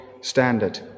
standard